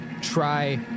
try